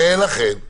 ולכן?